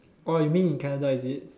orh you mean in Canada is it